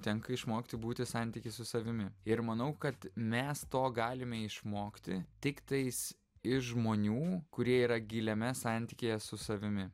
tenka išmokti būti santyky su savimi ir manau kad mes to galime išmokti tik tais iš žmonių kurie yra giliame santykyje su savimi